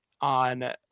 on